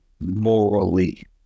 morally